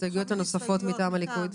ההסתייגויות הנוספות מטעם הליכוד?